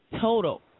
total